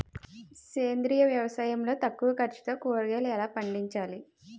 సేంద్రీయ వ్యవసాయం లో తక్కువ ఖర్చుతో కూరగాయలు ఎలా పండించాలి?